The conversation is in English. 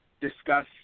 discuss